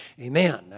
Amen